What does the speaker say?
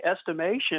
estimation